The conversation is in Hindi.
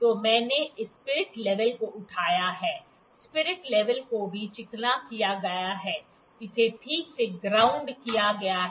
तो मैंने इस स्पिरिट लेवल को उठाया है स्पिरिट लेवल को भी चिकना किया गया है इसे ठीक से ग्राउंड किया गया है